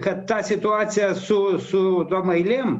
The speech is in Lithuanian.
niekad ta situacija su su tom eilėm